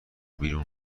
بیرون